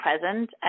present